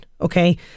Okay